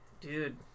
dude